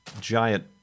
giant